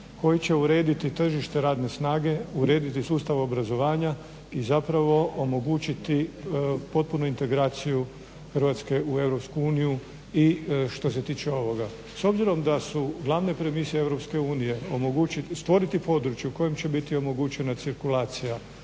koji će urediti tržište radne snage, urediti sustav obrazovanja i zapravo omogućiti potpunu integraciju Hrvatske u EU i što se tiče ovoga. S obzirom da su glavne premise EU omogućiti, stvoriti područje u kojem će biti omogućena cirkulacija